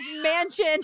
mansion